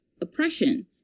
oppression